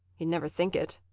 you'd never think it.